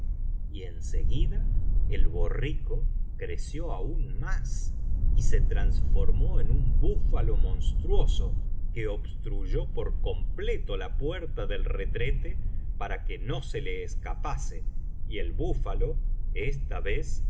y en seguida el borrico creció aún más y se transformó en un búfalo monstruoso que obstruyó por completo la puerta del retrete para que no se le escapase y el búfalo esta vez